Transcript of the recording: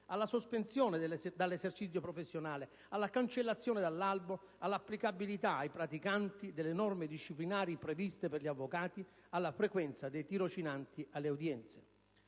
alla sospensione dall'esercizio professionale; alla cancellazione dall'albo; all'applicabilità ai praticanti delle norme disciplinari previste per gli avvocati; alla frequenza dei tirocinanti alle udienze.